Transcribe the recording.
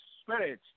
spirit